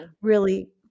really-